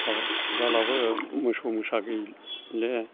हाल खदालाबो मोसौ मोसा गैला